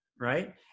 right